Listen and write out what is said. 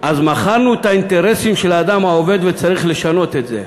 "אז מכרנו את האינטרסים של האדם העובד וצריך לשנות את זה".